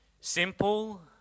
simple